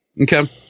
Okay